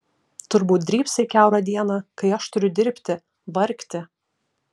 turbūt drybsai kiaurą dieną kai aš turiu dirbti vargti